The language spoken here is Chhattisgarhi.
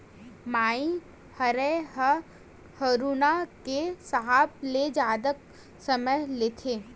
माई राहेर ह हरूना के हिसाब ले जादा समय लेथे